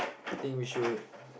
I think we should